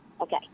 Okay